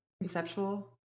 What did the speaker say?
conceptual